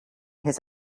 his